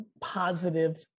positive